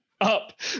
up